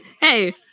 Hey